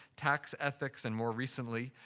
tax ethics, and, more recently,